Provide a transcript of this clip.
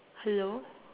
hello